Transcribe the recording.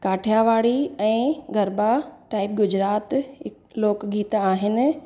काठियावाड़ी ऐं गरबा टाइप गुजरात हिकु लोकगीत आहिनि